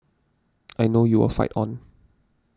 I know you will fight on